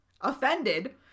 Offended